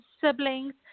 siblings